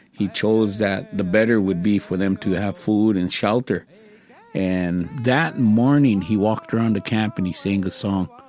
he chose that the better would be for them to have food and shelter and that morning he walked around the camp and he sang the song.